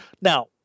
Now